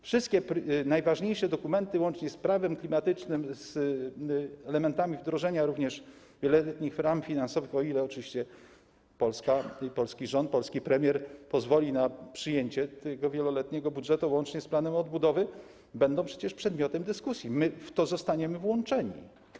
Wszystkie najważniejsze dokumenty, łącznie z prawem klimatycznym, z elementami wdrożenia wieloletnich ram finansowych, o ile oczywiście Polska, polski rząd, polski premier, pozwoli na przyjęcie tego wieloletniego budżetu, łącznie z planem odbudowy, będą przecież przedmiotem dyskusji, my w to zostaniemy włączeni.